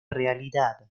realidad